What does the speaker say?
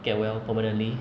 get well permanently